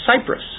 Cyprus